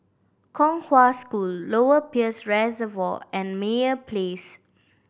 Kong Hwa School Lower Peirce Reservoir and Meyer Place